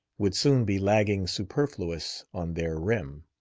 would soon be lagging superfluous on their rim.